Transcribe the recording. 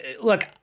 look